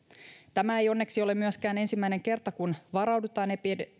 tämä ei onneksi ole myöskään ensimmäinen kerta kun varaudutaan